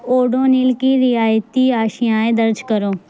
اوڈونل کی رعایتی اشیائیں درج کرو